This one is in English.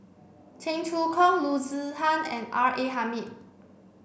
Cheong Choong Kong Loo Zihan and R A Hamid